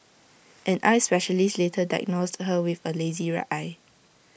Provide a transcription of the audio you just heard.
an eye specialist later diagnosed her with A lazy right eye